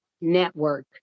network